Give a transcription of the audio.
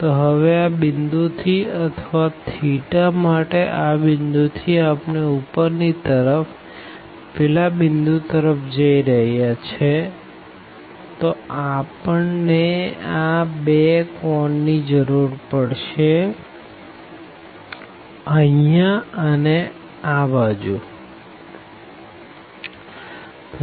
તો હવે આ પોઈન્ટ થી અથવા માટે આ પોઈન્ટ થી આપણે ઉપર ની તરફ પેલા પોઈન્ટ તરફ જઈ રહ્યા છેતો આપણને આ 2 કોણ ની જરૂર પડશે અહિયાં અને ત્યાં